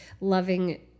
loving